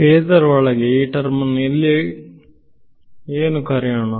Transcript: phasor ಒಳಗೆ ಈ ಟರ್ಮನ್ನು ಇಲ್ಲಿ ಏನು ಕರೆಯೋಣ